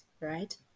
right